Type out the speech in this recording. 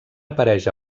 apareix